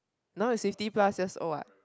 now is sixty plus years old what